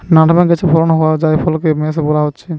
nutmeg গাছে ফলন হোয়া জায়ফলকে মেস বোলা হচ্ছে